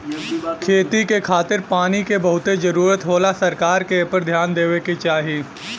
खेती के खातिर पानी के बहुते जरूरत होला सरकार के एपर ध्यान देवे के चाही